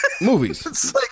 Movies